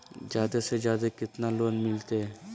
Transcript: जादे से जादे कितना लोन मिलते?